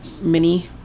mini